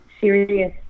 serious